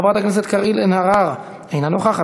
חברת הכנסת קארין אלהרר, אינה נוכחת.